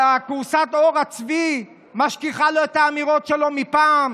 כורסת עור הצבי משכיחה לו את האמירות שלו מפעם?